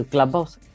Clubhouse